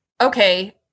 okay